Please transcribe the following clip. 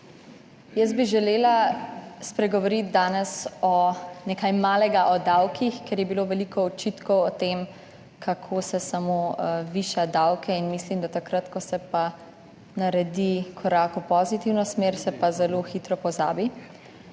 Jaz bi želela danes nekaj malega spregovoriti o davkih, ker je bilo veliko očitkov o tem, kako se samo viša davke, in mislim, da se takrat, ko se pa naredi korak v pozitivno smer, zelo hitro pozabi.